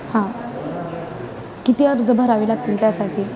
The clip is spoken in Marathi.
हां किती अर्ज भरावे लागतील त्यासाठी